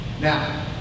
Now